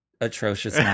Atrocious